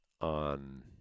on